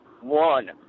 one